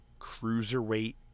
cruiserweight